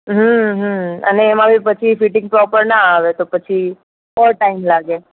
હમ્મ હમ્મ અને એમાં બી પછી ફિટિંગ પ્રોપર ના આવે તો પછી ઓર ટાઈમ લાગે